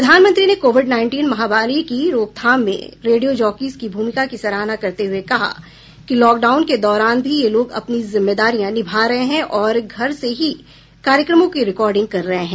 प्रधानमंत्री ने Covid nineteen महामारी की रोकथाम में रेडियो जॉकीज की भूमिका की सराहना करते हुए कहा कि लॉकडाउन के दौरान भी ये लोग अपनी जिम्मेदारियां निभा रहे हैं और घर ही से कार्यक्रमों की रिकॉडिंग कर रहे हैं